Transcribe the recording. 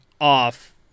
off